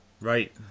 Right